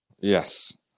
Yes